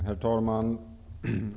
Herr talman!